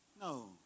No